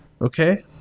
okay